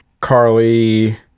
Carly